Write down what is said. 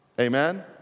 Amen